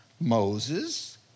Moses